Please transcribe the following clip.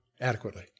adequately